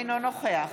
אינו נוכח